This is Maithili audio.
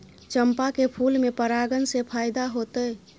चंपा के फूल में परागण से फायदा होतय?